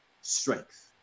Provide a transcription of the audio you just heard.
strength